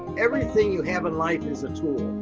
everything you have in life is a tool.